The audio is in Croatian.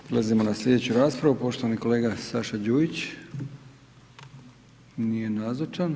Prelazimo na sljedeću raspravu, poštovani kolega Saša Đujić, nije nazočan.